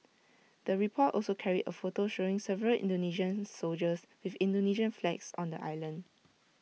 the report also carried A photo showing several Indonesian soldiers with Indonesian flags on the island